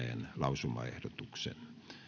lausumaehdotuksen